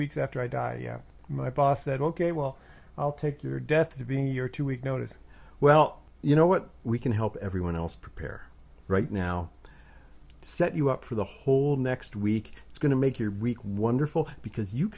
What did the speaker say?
weeks after i die my boss said ok well i'll take your death to be your two week notice well you know what we can help everyone else prepare right now set you up for the whole next week it's going to make your week wonderful because you